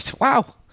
Wow